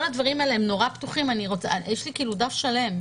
כל הדברים האלה פתוחים, יש לי דף שלם.